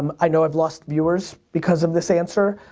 um i know i've lost viewers because of this answer.